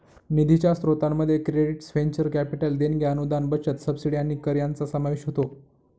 निधीच्या स्त्रोतांमध्ये credits venture capital देणग्या अनुदान बचत सबसिडी आणि कर यांचा समावेश होतो